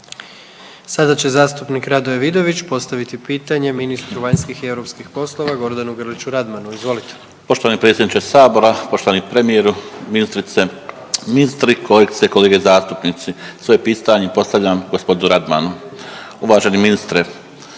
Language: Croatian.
Sada će zastupnik Radoje Vidović postaviti pitanje ministru vanjskih i europskih poslova Gordanu Grliću Radmanu. Izvolite. **Vidović, Radoje (HDZ)** Poštovani predsjedniče sabora, poštovani premijeru, ministrice, ministri, kolegice i kolege zastupnici svoje pitanje postavljam gospodinu Radmanu. Uvaženi ministre